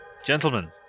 Gentlemen